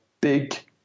big